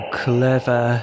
clever